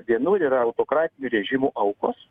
vienur yra autokratinių režimų aukos